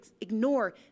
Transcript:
ignore